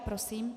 Prosím.